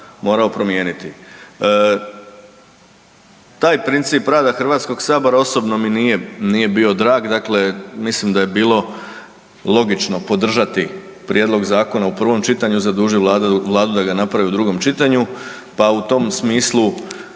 morao promijeniti. Taj princip rada Hrvatskog sabora osobno mi nije, nije bio drag, dakle mislim da je bilo logično podržati prijedlog zakona u prvom čitanju, zadužit Vladu da ga napravi u drugom čitanju, pa u tom smislu